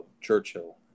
Churchill